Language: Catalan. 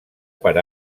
per